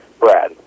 Brad